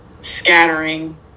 scattering